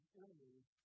enemies